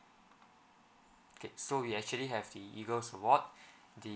okay so we actually have the EAGLES award the